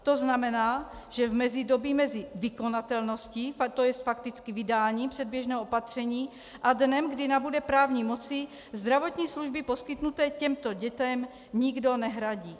To znamená, že v mezidobí mezi vykonatelností, tj. fakticky vydáním předběžného opatření, a dnem, kdy nabude právní moci, zdravotní služby poskytnuté těmto dětem nikdo nehradí.